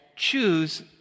choose